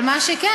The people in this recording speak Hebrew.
אבל מה שכן,